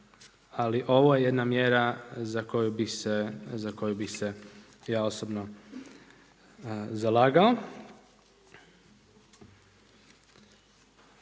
ali ovo je jedna mjera za koju bi se ja osobno zalagao.